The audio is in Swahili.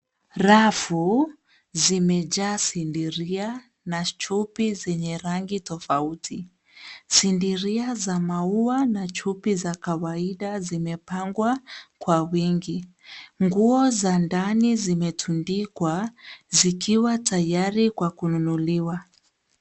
Rafu zimejaa sidiria na chupi zenye rangi tofauti. Sidiria za maua na chupi za kawaida zimepangwa kwa wingi. Nguo za ndani zimetundikwa zikiwa tayari kwa kununuliwa.